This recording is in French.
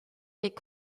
est